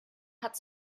hat